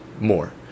more